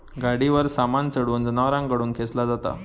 गाडीवर सामान चढवून जनावरांकडून खेंचला जाता